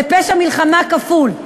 זה פשע מלחמה כפול.